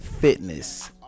fitness